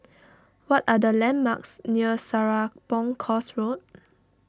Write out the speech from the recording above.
what are the landmarks near Serapong Course Road